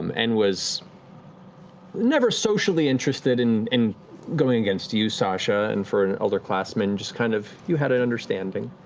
um and was never socially interested in in going against you, sasha, and for an elder classman, just kind of you had an understanding.